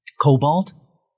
cobalt